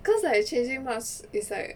cause like changing marks is like